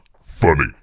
funny